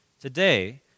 Today